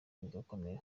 bigakomera